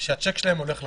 שהשיק שלהם הולך לחזור.